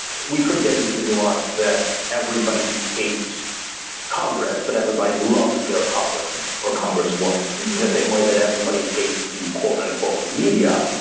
we could get into the nuance that everybody hates congress, but everybody loves their congressman or congress wants and the same way that everybody hates the quote unquote, media,